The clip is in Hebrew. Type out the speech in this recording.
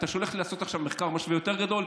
אתה שולח אותי לעשות עכשיו מחקר משווה יותר גדול?